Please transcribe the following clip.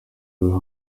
uyu